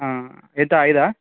ఎంత ఐదు